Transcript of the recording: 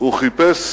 הוא חיפש